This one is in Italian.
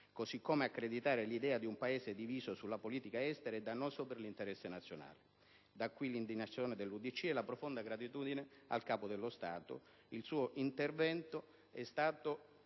così come accreditare l'idea di un Paese diviso sulla politica estera è dannoso per l'interesse nazionale. Da qui l'indignazione dell'UDC e la profonda gratitudine al Capo dello Stato. Il suo intervento è stato